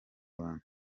bantu